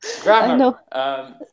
Grammar